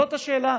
זאת השאלה,